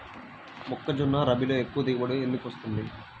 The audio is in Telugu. మొక్కజొన్న రబీలో ఎక్కువ దిగుబడి ఎందుకు వస్తుంది?